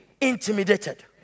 intimidated